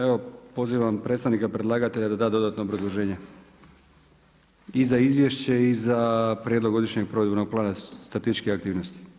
Evo pozivam predstavnika predlagatelja da da dodatno obrazloženje i za izvješće i za prijedlog godišnjeg proizvodnog plana statističke aktivnosti.